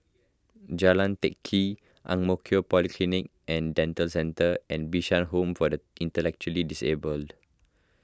Jalan Teck Kee Ang Mo Kio Polyclinic and Dental Centre and Bishan Home for the Intellectually Disabled